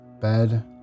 bed